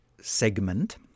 segment